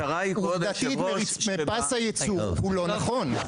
עובדתית מפס הייצור הוא לא נכון.